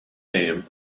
name